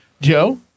Joe